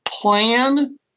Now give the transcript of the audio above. plan